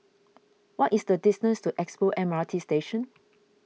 what is the distance to Expo M R T Station